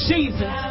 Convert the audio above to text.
Jesus